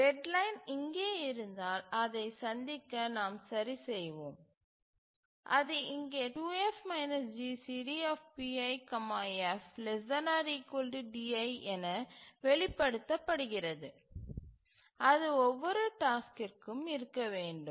deadline இங்கே இருந்தால் அதைச் சந்திக்க நாம் சரி செய்வோம் அது இங்கே 2F GCDpif ≤ di என வெளிப்படுத்தப்படுகிறது அது ஒவ்வொரு டாஸ்க்குக்கும் இருக்க வேண்டும்